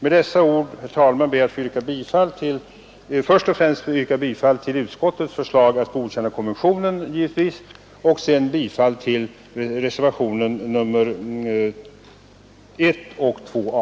Med dessa ord, herr talman, ber jag att få yrka bifall först och främst till utskottets förslag att godkänna konventionen, givetvis, och sedan bifall till reservationerna 1 och 2 a.